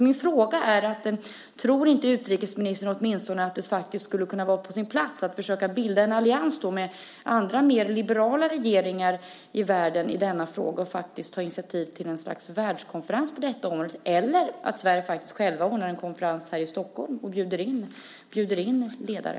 Min fråga är: Tror inte utrikesministern åtminstone att det skulle vara på sin plats att försöka bilda en allians med andra mer liberala regeringar i världen i denna fråga och ta initiativ till något slags världskonferens på detta område eller att Sverige faktiskt självt ordnar en konferens i Stockholm och bjuder in ledare?